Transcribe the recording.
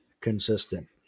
consistent